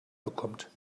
bekommt